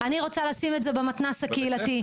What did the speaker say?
אני רוצה לשים את זה במתנ"ס הקהילתי.